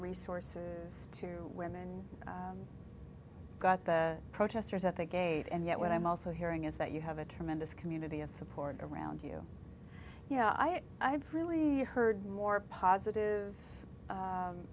resources to women i got the protesters at the gate and yet what i'm also hearing is that you have a tremendous community of support around you yeah i've really heard more positive